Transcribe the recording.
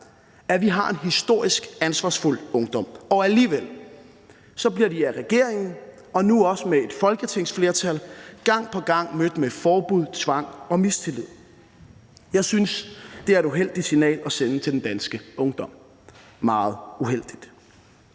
at vi har en historisk ansvarsfuld ungdom, og alligevel bliver de af regeringen og nu også af et folketingsflertal gang på gang mødt med forbud, tvang og mistillid. Jeg synes, det er et uheldigt signal at sende til den danske ungdom – meget uheldigt.